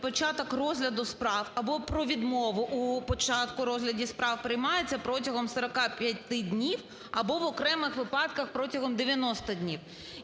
початок розгляду справ або про відмову у початку розгляду справ приймається протягом 45 днів або в окремих випадках протягом 90 днів.